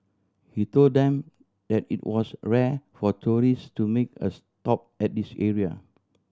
he told them that it was rare for tourists to make a stop at this area